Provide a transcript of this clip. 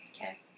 Okay